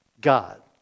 God